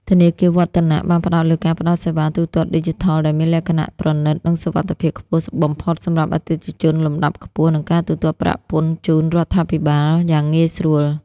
ធនាគារ វឌ្ឍនៈ (Vattanac) បានផ្ដោតលើការផ្ដល់សេវាកម្មទូទាត់ឌីជីថលដែលមានលក្ខណៈប្រណីត និងសុវត្ថិភាពខ្ពស់បំផុតសម្រាប់អតិថិជនលំដាប់ខ្ពស់ និងការទូទាត់ប្រាក់ពន្ធជូនរដ្ឋាភិបាលយ៉ាងងាយស្រួល។